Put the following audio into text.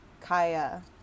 Kaya